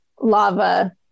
lava